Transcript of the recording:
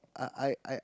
are are are